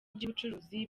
by’ubucuruzi